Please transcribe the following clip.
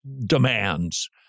demands